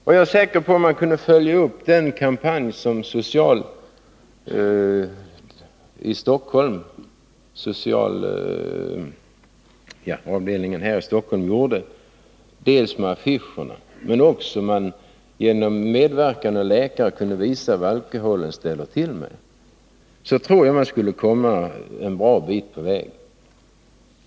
Om man kunde följa upp den kampanj som socialmyndigheterna i Stockholm bedrev och dels med affischer, dels genom medverkan av läkare visa vad alkoholen ställer till med, tror jag att man skulle komma en bra bit på väg.